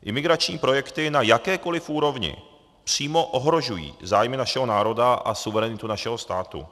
Imigrační projekty na jakékoli úrovni přímo ohrožují zájmy našeho národa a suverenitu našeho státu.